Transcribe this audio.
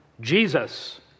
Jesus